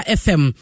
fm